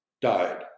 died